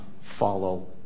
follow